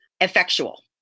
effectual